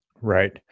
Right